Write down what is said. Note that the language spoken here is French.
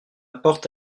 porte